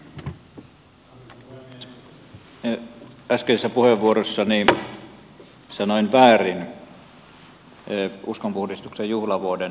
äskeisessä puheenvuorossani sanoin väärin uskonpuhdistuksen juhlavuoden ajankohdan